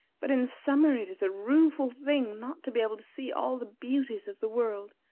but in summer it is a rueful thing not to be able to see all the beauties of the world.